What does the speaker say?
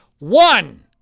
One